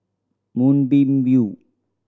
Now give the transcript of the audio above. Moonbeam View